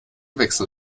wechsel